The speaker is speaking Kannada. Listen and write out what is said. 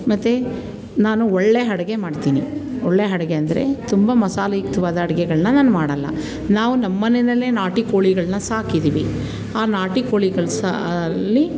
ಮತ್ತು ನಾನು ಒಳ್ಳೆಯ ಅಡುಗೆ ಮಾಡ್ತೀನಿ ಒಳ್ಳೆಯ ಅಡುಗೆ ಅಂದರೆ ತುಂಬ ಮಸಾಲೆಯುಕ್ತವಾದ ಅಡುಗೆಗಳ್ನ ನಾನು ಮಾಡೋಲ್ಲ ನಾವು ನಮ್ಮನೆಯಲ್ಲೇ ನಾಟಿ ಕೋಳಿಗಳನ್ನ ಸಾಕಿದ್ದೀವಿ ಆ ನಾಟಿ ಕೋಳಿಗಳು ಸಹ ಅಲ್ಲಿ